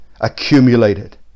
accumulated